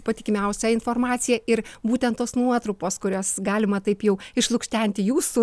patikimiausią informaciją ir būtent tos nuotrupos kurios galima taip jau išlukštenti jūsų